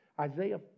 Isaiah